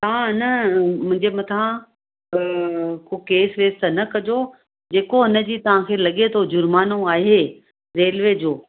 तव्हां न मुंहिंजे मथां को केस वेस त न कजो जेको उन जी तव्हांखे लॻे थो जुर्मानो आहे रेलवे जो